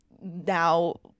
now